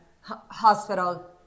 hospital